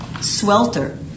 swelter